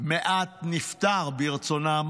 מעט נפתר, ברצונם